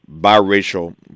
biracial